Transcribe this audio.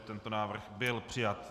Tento návrh byl přijat.